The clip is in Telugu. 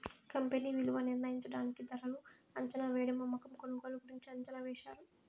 కంపెనీ విలువ నిర్ణయించడానికి ధరలు అంచనావేయడం అమ్మకం కొనుగోలు గురించి అంచనా వేశారు